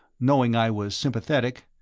knowing i was sympathetic,